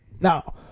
Now